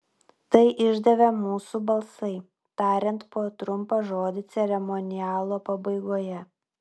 tai išdavė mūsų balsai tariant po trumpą žodį ceremonialo pabaigoje